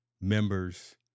members